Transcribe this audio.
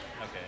Okay